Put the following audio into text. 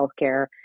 healthcare